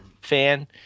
fan